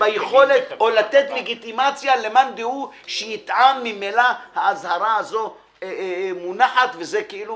לתת לגיטימציה למאן דהוא שיטען שממילא האזהרה הזאת מונחת וזה כאילו